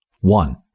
One